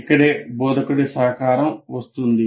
ఇక్కడే బోధకుడి సహకారం వస్తుంది